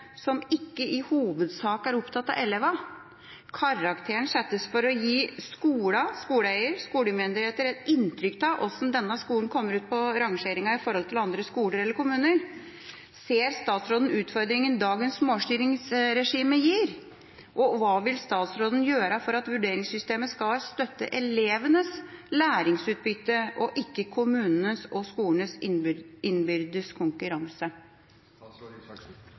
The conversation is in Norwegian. som ikke i hovedsak er opptatt av elevene. Karakteren settes for å gi skolene, skoleeierne og skolemyndighetene et inntrykk av hvordan denne skolen kommer ut på rangeringen i forhold til andre skoler eller kommuner. Ser statsråden utfordringen dagens målstyringsregime gir? Hva vil statsråden gjøre for at vurderingssystemet skal støtte elevenes læringsutbytte, ikke kommunenes og skolenes innbyrdes konkurranse?